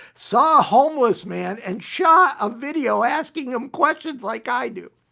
saw a homeless man and shot a video asking him questions like i do.